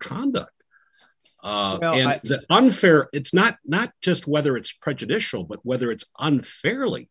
conduct unfair it's not not just whether it's prejudicial but whether it's unfairly